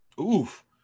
Oof